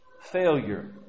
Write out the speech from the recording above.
Failure